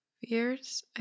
Years